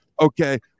Okay